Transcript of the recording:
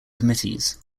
committees